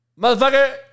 motherfucker